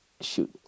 shoot